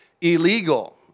illegal